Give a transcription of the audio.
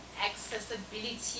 accessibility